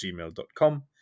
gmail.com